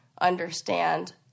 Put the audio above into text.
understand